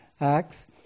Acts